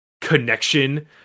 connection